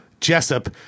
Jessup